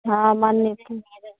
हँ मन्दिर नीक लागै है